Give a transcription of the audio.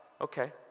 Okay